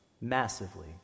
massively